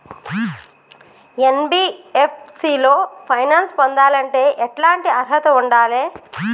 NBFC లో finance పొందాలంటే ఎట్లాంటి అర్హత ఉండాలే?